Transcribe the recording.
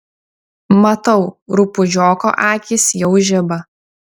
matau rupūžioko akys jau žiba